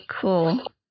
cool